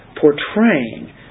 portraying